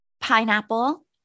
pineapple